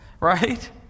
right